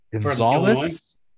Gonzalez